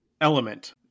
Element